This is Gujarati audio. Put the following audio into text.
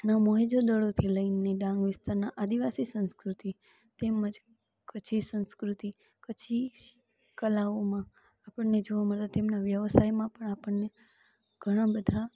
ના મોહેંજો દડોથી લઈને ડાંગ વિસ્તારના આદિવાસી સંસ્કૃતિ તેમજ કચ્છી સંસ્કૃતિ કચ્છી કલાઓમાં આપણને જોવા મળે છે તેમના વ્યવસાયમાં પણ આપણને ઘણા બધા